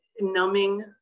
numbing